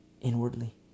Inwardly